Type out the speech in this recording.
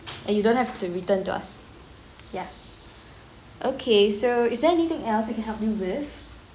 and you don't have to return to us ya okay so is there anything else I can help you with